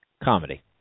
comedy